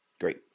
Great